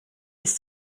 ist